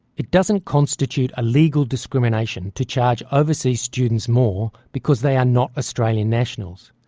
it doesn't constitute a legal discrimination to charge overseas students more because they are not australian nationals,